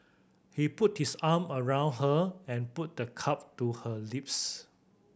he put his arm around her and put the cup to her lips